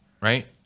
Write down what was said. right